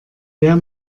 wer